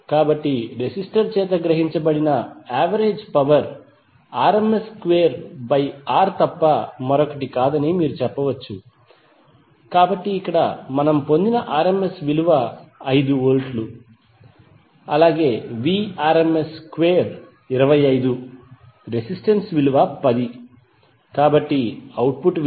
కాబట్టి రెసిస్టర్ చేత గ్రహించబడిన average power Rms square by R తప్ప మరొకటి కాదని మీరు చెప్పవచ్చు కాబట్టి ఇక్కడ మనం పొందిన rms విలువ 5 వోల్ట్లు కాబట్టి Vrms స్క్వేర్ 25 రెసిస్టెన్స్ విలువ 10 కాబట్టి అవుట్పుట్ 2